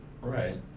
Right